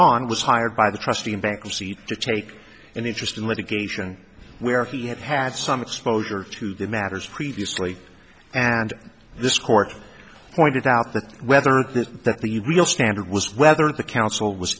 on was hired by the trustee in bankruptcy to take an interest in litigation where he had had some exposure to the matters previously and this court pointed out that whether that the real standard was whether the council was